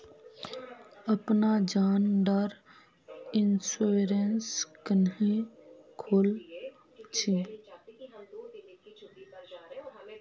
अपना जान डार इंश्योरेंस क्नेहे खोल छी?